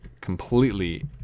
completely